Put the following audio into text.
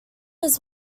his